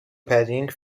padding